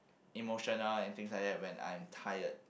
emotional and things like that when I'm tired